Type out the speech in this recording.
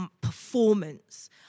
performance